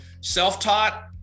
self-taught